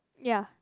ya